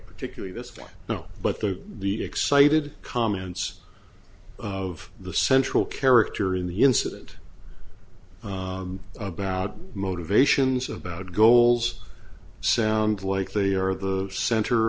particularly this one now but the the excited comments of the central character in the incident about motivations about goals sound like they are the center